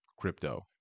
crypto